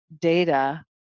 data